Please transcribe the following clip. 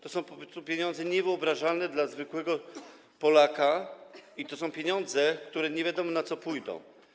To są po prostu pieniądze niewyobrażalne dla zwykłego Polaka i to są pieniądze, które nie wiadomo na co pójdą.